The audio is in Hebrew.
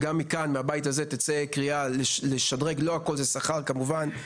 שגם מהבית הזה תצא קריאה לשדרג את